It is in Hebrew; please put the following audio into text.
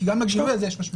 כי גם לגילוי יש משמעות.